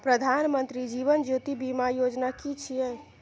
प्रधानमंत्री जीवन ज्योति बीमा योजना कि छिए?